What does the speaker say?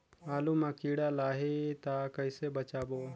आलू मां कीड़ा लाही ता कइसे बचाबो?